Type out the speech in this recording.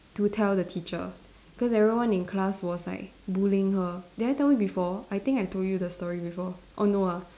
to tell the teacher cause everyone in class was like bullying her did I tell you before I think I told you the story before oh no ah